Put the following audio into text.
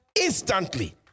Instantly